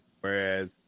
whereas